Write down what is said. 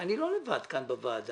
אני לא לבד כאן בוועדה.